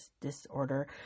disorder